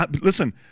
Listen